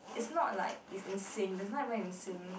is not like is in sync there's not even in sync